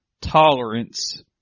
tolerance